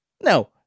No